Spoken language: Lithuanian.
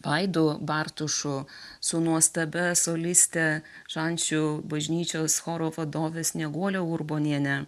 vaidu bartušu su nuostabia soliste šančių bažnyčios choro vadove snieguole urboniene